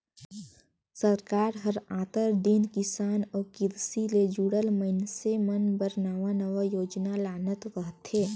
सरकार हर आंतर दिन किसान अउ किरसी ले जुड़ल मइनसे मन बर नावा नावा योजना लानत रहथे